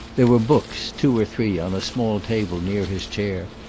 there were books, two or three, on a small table near his chair,